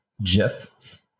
Jeff